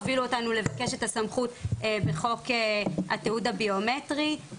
הובילו אותנו לבקש את הסמכות בחוק התיעוד הביומטרי.